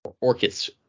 Orchids